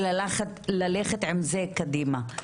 וללכת עם זה קדימה.